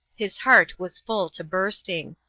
his heart was full to bursting.